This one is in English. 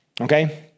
okay